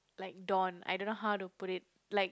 like Dawn I don't know how to put it like